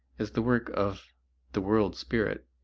is the work of the world-spirit.